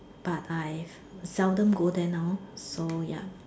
but I seldom go there now so yup